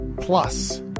Plus